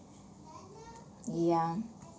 yeah